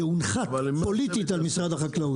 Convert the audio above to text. זה הונחת פוליטית על משרד החקלאות.